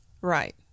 Right